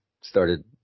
started